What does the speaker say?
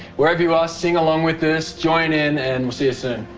wherever you are, sing along with this, join in and we'll see you soon.